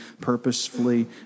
purposefully